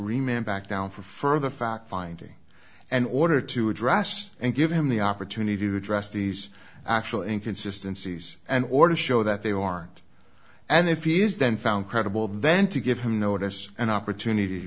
remain back down for further fact finding an order to address and give him the opportunity to address these actual inconsistency and order to show that they aren't and if you use them found credible then to give him notice an opportunity